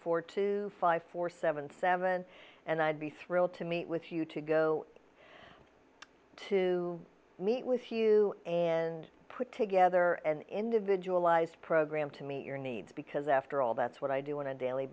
four to five four seven seven and i'd be thrilled to meet with you to go to meet with you and put together an individualized program to meet your needs because after all that's what i do on a daily